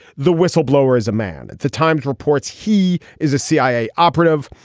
the whistleblower is a man. the times reports he is a cia operative.